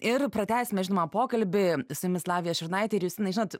ir pratęsime žinoma pokalbį su jumis lavija šurnaitė ir justinai žinot